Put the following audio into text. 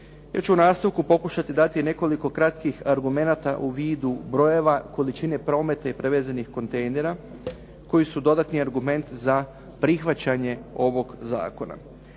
Ja ću u nastavku pokušati dati nekoliko kratkih argumenata u vidu brojeva količine prometa i prevezenih kontejnera koji su dodatni argument za prihvaćanje ovog zakona.